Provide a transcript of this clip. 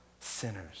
sinners